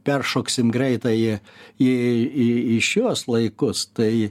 peršoksim greitai į į į šiuos laikus tai